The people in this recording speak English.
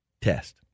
test